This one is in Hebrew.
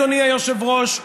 אדוני היושב-ראש,